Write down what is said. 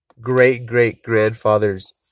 great-great-grandfather's